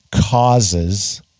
causes